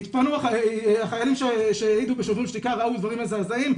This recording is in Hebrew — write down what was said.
יתפנו החיילים שהעידו ב"שוברים שתיקה" וראו דברים מזעזעים,